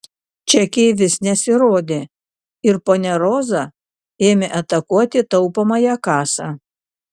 čekiai vis nesirodė ir ponia roza ėmė atakuoti taupomąją kasą